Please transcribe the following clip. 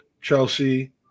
Chelsea